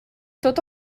tot